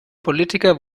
politiker